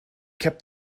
kept